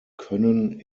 können